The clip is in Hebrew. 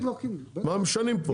מה משנים פה?